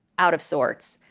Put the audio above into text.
out of sorts,